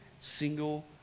single